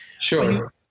Sure